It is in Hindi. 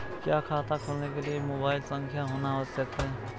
क्या खाता खोलने के लिए मोबाइल संख्या होना आवश्यक है?